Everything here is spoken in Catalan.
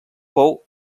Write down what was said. fou